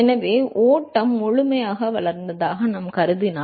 எனவே ஓட்டம் முழுமையாக வளர்ந்ததாக நாம் கருதினால்